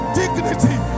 dignity